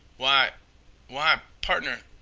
why why, pardner,